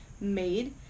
made